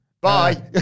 Bye